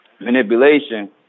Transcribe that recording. Manipulation